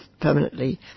permanently